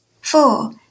Four